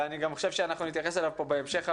ואני גם חושב שאנחנו נתייחס אליו פה בהמשך,